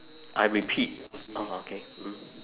I repeat orh okay mm